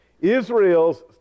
Israel's